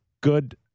good